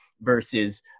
versus